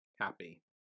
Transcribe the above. happy